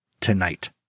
tonight